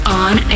on